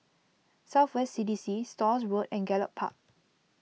South West C D C Stores Road and Gallop Park